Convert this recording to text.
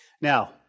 Now